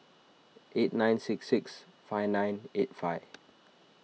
eight nine six six five nine eight five